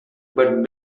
but